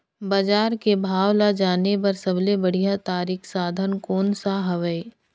बजार के भाव ला जाने बार सबले बढ़िया तारिक साधन कोन सा हवय?